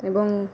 ଏବଂ